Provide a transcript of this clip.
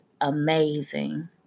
amazing